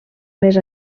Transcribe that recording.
més